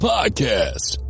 Podcast